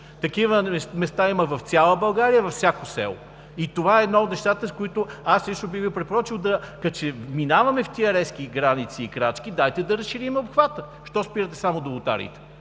Такива места има в цяла България, във всяко село. Това е едно от нещата, които аз лично бих Ви препоръчал – като ще минаваме в тези резки граници и крачки, дайте да разширим обхвата. Защо спирате само до лотариите?